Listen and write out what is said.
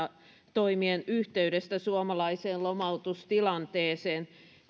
yhteydestä suomalaiseen lomautustilanteeseen